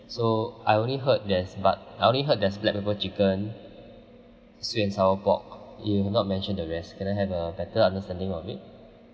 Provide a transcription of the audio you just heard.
so I only heard there's but I only heard there's black pepper chicken sweet and sour pork you have not mentioned the rest can I have a better understanding of it